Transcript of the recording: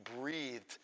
breathed